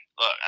look